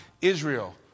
israel